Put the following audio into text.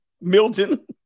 milton